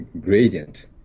gradient